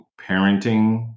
parenting